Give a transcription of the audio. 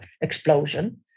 explosion